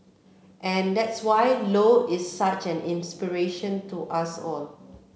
and that's why Low is such an inspiration to us all